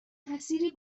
حصیری